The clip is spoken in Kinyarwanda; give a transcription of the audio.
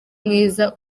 mwiza